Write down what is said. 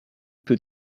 put